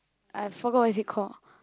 I forgot what is it called